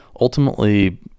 ultimately